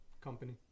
company